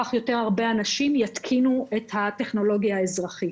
כך יותר הרבה אנשים יתקינו את הטכנולוגיה האזרחית.